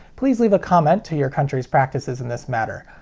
please leave a comment to your country's practices in this matter.